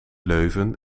leuven